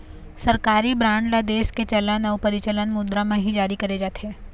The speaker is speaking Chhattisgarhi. सरकारी बांड ल देश के चलन अउ परचलित मुद्रा म ही जारी करे जाथे